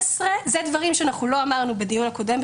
אלה דברים שלא אמרנו בדיון הקודם,